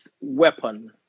weapon